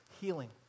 healing